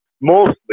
mostly